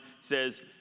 says